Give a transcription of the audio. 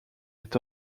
est